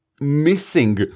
missing